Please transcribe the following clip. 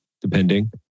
depending